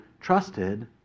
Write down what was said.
trusted